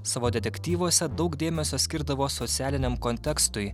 savo detektyvuose daug dėmesio skirdavo socialiniam kontekstui